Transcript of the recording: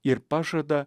ir pažada